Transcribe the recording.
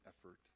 effort